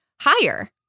higher